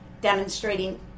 demonstrating